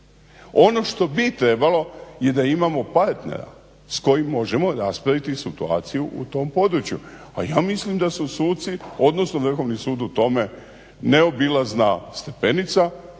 Ono što bi trebalo je da imamo partnera s kojim možemo raspraviti situaciju u tom području, a ja mislim da su suci odnosno Vrhovni sud u tome neobilazna stepenica